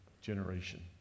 generation